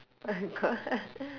my god